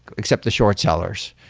except the short-sellers.